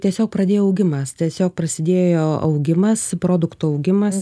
tiesiog pradėjo augimas tiesiog prasidėjo augimas produktų augimas